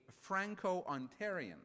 Franco-Ontarian